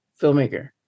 filmmaker